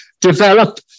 develop